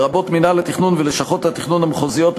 לרבות מינהל התכנון ולשכות התכנון המחוזיות,